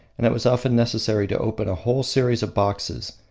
and it was often necessary to open a whole series of boxes,